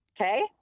Okay